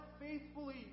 faithfully